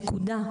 נקודה.